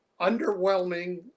underwhelming